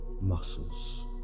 muscles